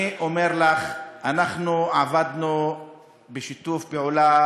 אני אומר לך, אנחנו עבדנו בשיתוף פעולה